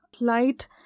light